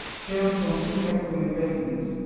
came from interest on investment.